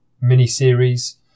mini-series